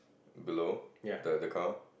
below the the car